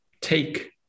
take